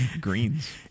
greens